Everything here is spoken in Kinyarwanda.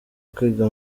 kwiga